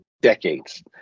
decades